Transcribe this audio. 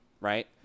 right